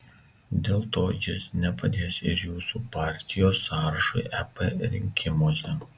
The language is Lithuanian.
dėl to jis nepadės ir jūsų partijos sąrašui ep rinkimuose